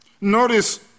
Notice